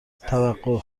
توقف